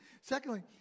Secondly